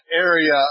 area